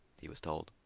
he was told.